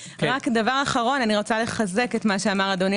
דבר אחרון אני רוצה לחזק את מה שאמר אדוני